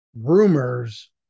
rumors